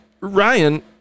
Ryan